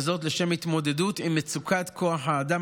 וזאת לשם התמודדות עם מצוקת כוח האדם